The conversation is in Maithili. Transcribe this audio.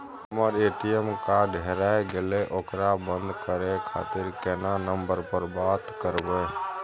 हमर ए.टी.एम कार्ड हेराय गेले ओकरा बंद करे खातिर केना नंबर पर बात करबे?